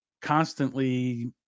constantly